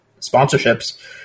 sponsorships